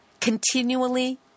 continually